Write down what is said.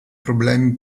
problemi